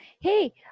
hey